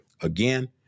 Again